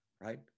right